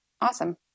Awesome